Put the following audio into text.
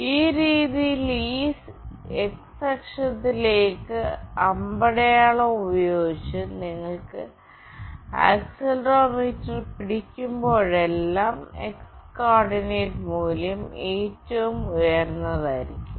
ഈ രീതിയിൽ ഈ x അക്ഷത്തിലേക്ക് അമ്പടയാളം ഉപയോഗിച്ച് നിങ്ങൾ ആക്സിലറോമീറ്റർ പിടിക്കുമ്പോഴെല്ലാം x കോർഡിനേറ്റ് മൂല്യം ഏറ്റവും ഉയർന്നതായിരിക്കും